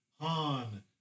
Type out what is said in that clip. Han